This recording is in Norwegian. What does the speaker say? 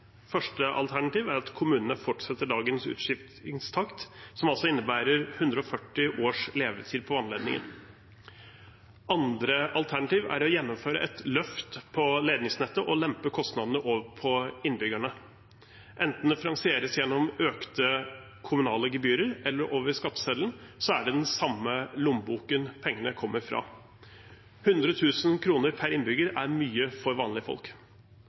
Første alternativ er at kommunene fortsetter dagens utskiftingstakt, som altså innebærer 140 års levetid på vannledningen. Andre alternativ er å gjennomføre et løft på ledningsnettet og lempe kostnadene over på innbyggerne. Enten det finansieres gjennom økte kommunale gebyrer eller over skatteseddelen, er det den samme lommeboken pengene kommer fra. 100 000 kr per innbygger er mye for vanlige folk.